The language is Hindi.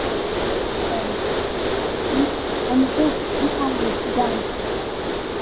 हाँ हमें हमको सीखना है डान्स